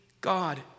God